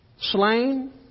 slain